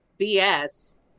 BS